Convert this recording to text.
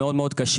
זה מאוד-מאוד קשה,